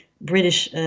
British